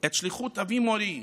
את שליחות אבי מורי,